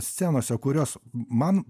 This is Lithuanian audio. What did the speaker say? scenose kurios man